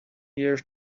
years